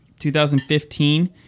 2015